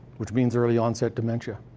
which means early onset dementia.